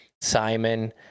Simon